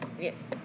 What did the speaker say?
yes